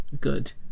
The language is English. good